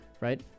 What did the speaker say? right